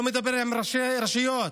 לא מדבר עם ראשי הרשויות.